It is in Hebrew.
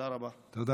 תודה רבה.